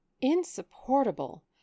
Insupportable